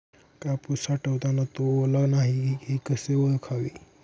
कापूस साठवताना तो ओला नाही हे कसे ओळखावे?